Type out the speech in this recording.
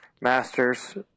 master's